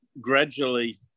gradually